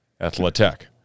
Athletic